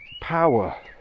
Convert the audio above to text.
power